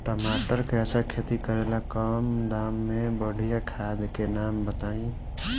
टमाटर के अच्छा खेती करेला कम दाम मे बढ़िया खाद के नाम बताई?